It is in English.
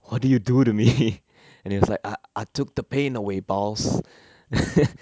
what did you do to me and he was like I I took the pain away boss